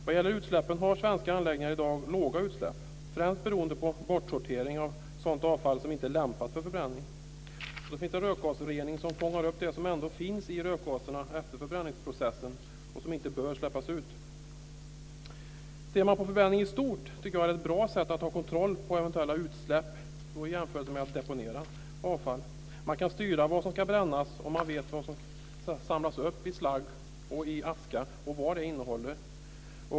Vad gäller utsläppen har svenska anläggningar i dag låga utsläpp, främst beroende på bortsortering av sådant avfall som inte lämpar sig för förbränning. Sedan finns det rökgasrening som fångar upp det som ändå finns i rökgaserna efter förbränningsprocessen och som inte bör släppas ut. Ser man på förbränning i stort tycker jag att det är ett bra sätt att ha kontroll på eventuella utsläpp i jämförelse med att deponera avfall. Man kan styra vad som ska brännas, och man vet vad som samlas upp i slagg och aska och vad det innehåller.